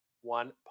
one